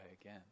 again